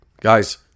Guys